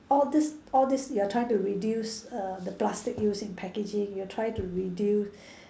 all these all these you are trying to reduce err the plastic use in packaging you are trying to reduce